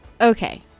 Okay